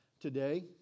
today